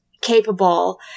capable